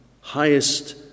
highest